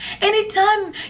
anytime